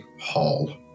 hall